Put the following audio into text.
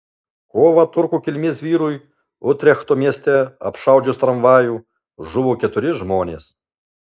kovą turkų kilmės vyrui utrechto mieste apšaudžius tramvajų žuvo keturi žmonės